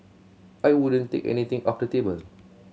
I wouldn't take anything off the table